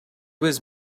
was